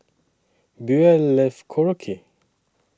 Buell Love Korokke